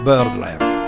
Birdland